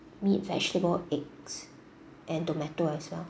meat vegetable eggs and tomato as well